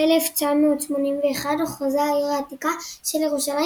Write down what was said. ב־1981 הוכרזה העיר העתיקה של ירושלים